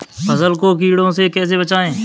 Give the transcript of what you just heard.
फसल को कीड़ों से कैसे बचाएँ?